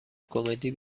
کمدی